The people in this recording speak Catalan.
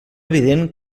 evident